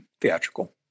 theatrical